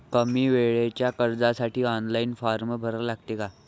कमी वेळेच्या कर्जासाठी ऑनलाईन फारम भरा लागते का?